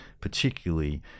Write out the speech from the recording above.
particularly